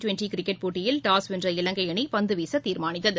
twenty cricket போட்டியில் toss வென்ற இலங்கை அணி பந்து வீச தீர்மானித்தது